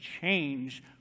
change